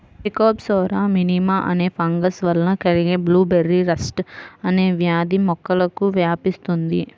Thekopsora minima అనే fungus వల్ల కలిగే బ్లూబెర్రీ రస్ట్ అనే వ్యాధి మొక్కలకు వ్యాపిస్తుంది